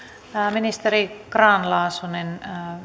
ministeri grahn laasonen